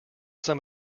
some